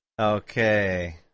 Okay